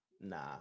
nah